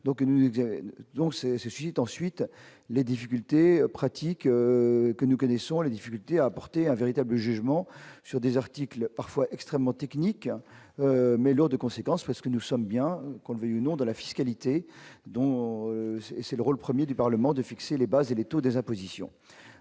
c'est ce ceci ensuite les difficultés pratiques que nous connaissons les difficultés à porter un véritable jugement sur des articles parfois extrêmement technique, mais lourd de conséquences parce que nous sommes bien qu'on le veuille ou non, de la fiscalité, dont c'est le rôle 1er du Parlement de fixer les bases et les taux des impositions,